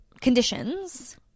conditions